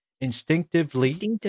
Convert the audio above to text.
Instinctively